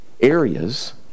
areas